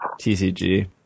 TCG